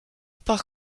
par